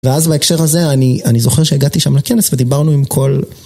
ואז בהקשר הזה, אני זוכר שהגעתי שם לכנס ודיברנו עם כל...